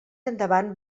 endavant